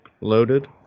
loaded